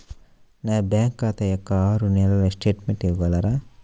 నా బ్యాంకు ఖాతా యొక్క ఆరు నెలల స్టేట్మెంట్ ఇవ్వగలరా?